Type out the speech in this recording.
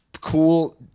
Cool